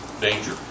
danger